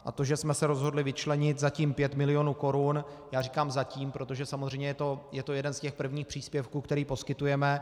A to, že jsme se rozhodli vyčlenit zatím pět milionů korun já říkám zatím, protože samozřejmě je to jeden z těch prvních příspěvků, který poskytujeme.